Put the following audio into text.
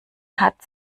hat